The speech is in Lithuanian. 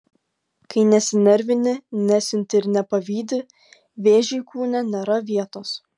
kai nesinervini nesiunti ir nepavydi vėžiui kūne nėra vietos